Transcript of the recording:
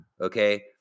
okay